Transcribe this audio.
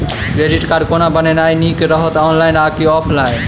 Credit card कोना बनेनाय नीक रहत? ऑनलाइन आ की ऑफलाइन?